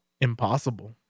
Impossible